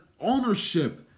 ownership